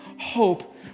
hope